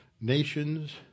nations